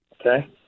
Okay